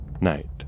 night